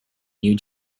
new